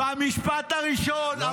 במשפט הראשון התייחסתי,